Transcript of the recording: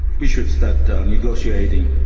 we should start negotiating.